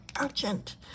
urgent